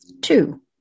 Two